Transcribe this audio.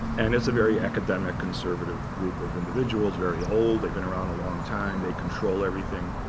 and it's a very academic, conservative group of individuals, very old. they've been around a long time. they control everything.